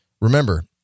Remember